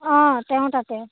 অঁ তেওঁ তাতে